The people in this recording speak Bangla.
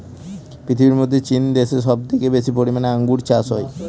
পৃথিবীর মধ্যে চীন দেশে সব থেকে বেশি পরিমানে আঙ্গুর চাষ হয়